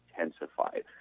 intensified